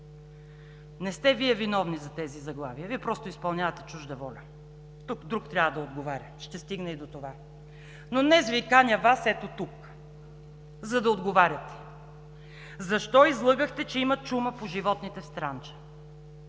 Не сте Вие виновни за тези заглавия, Вие просто изпълнявате чужда воля. Тук друг трябва да отговаря. Ще стигна и до това. Но днес каня Вас ето тук, за да отговаряте: защо излъгахте, че има чума по животните в Странджа,